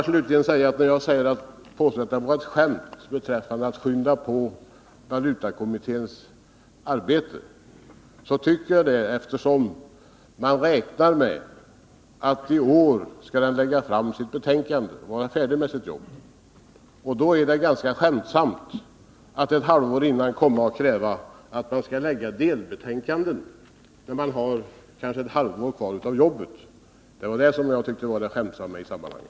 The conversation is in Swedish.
Slutligen: Jag påstod att det var ett skämt när man ville skynda på valutakommitténs arbete, och det tycker jag eftersom vi räknar med att den skall lägga fram sitt betänkande i år och därmed vara färdig med sitt jobb. Att kräva att den skulle lägga fram delbetänkanden när den kanske har ett halvår kvar av jobbet ser jag som det skämtsamma i sammanhanget.